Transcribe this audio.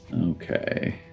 Okay